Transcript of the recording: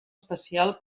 especial